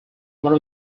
one